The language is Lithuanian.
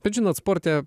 bet žinot sporte